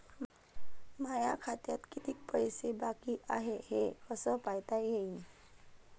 माया खात्यात कितीक पैसे बाकी हाय हे कस पायता येईन?